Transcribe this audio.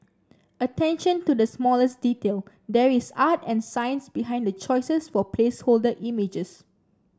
attention to the smallest detail there is art and science behind the choices for placeholder images